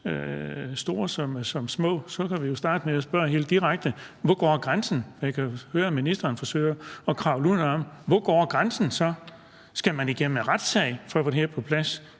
der vil være? Vi kan jo starte med at spørge helt direkte: Hvor går grænsen? Jeg kan jo høre, at ministeren forsøger at kravle udenom. Hvor går grænsen? Skal man igennem en retssag for at få det her på plads?